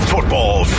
Football